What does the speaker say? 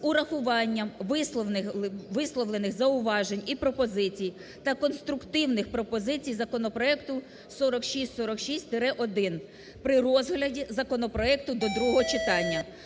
урахуванням висловлених зауважень і пропозицій та конструктивних пропозицій законопроекту (4646-1) при розгляді законопроекту до другого читання.